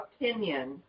opinion